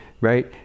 right